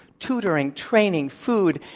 tutoring, training, food,